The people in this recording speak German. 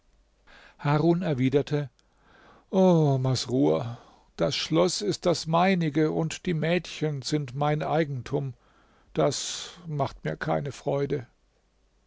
harun erwiderte o masrur das schloß ist das meinige und die mädchen sind mein eigentum das macht mir keine freude